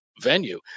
venue